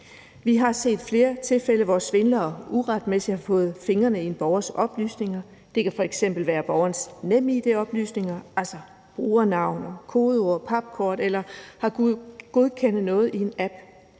Vi har set flere tilfælde, hvor svindlere uretmæssigt har fået fingrene i en borgers oplysninger – det kan f.eks. være borgerens NemID-oplysninger, altså brugernavn og kodeord eller nøglekort, eller i form